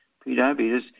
Pre-diabetes